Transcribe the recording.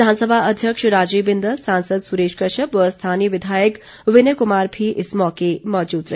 विधानसभा अध्यक्ष राजीव बिंदल सांसद सुरेश कश्यप व स्थानीय विधायक विनय कुमार भी इस मौके मौजूद रहे